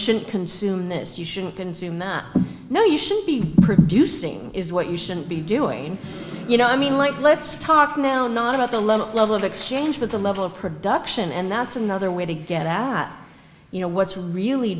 shouldn't consume this you shouldn't consume no you should be producing is what you shouldn't be doing you know i mean like let's talk now not about the low level of exchange but the level of production and that's another way to get that you know what's really